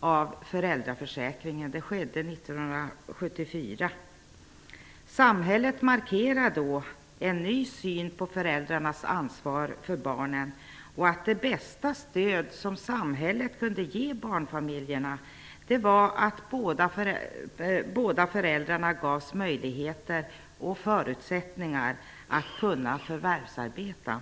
av föräldraförsäkringen. Det skedde 1974. Samhället markerade då en ny syn på föräldrarnas ansvar för barnen och att det bästa stöd samhället kunde ge barnfamiljerna det var att föräldrarna gavs möjligheter och förutsättningar att kunna förvärvsarbeta.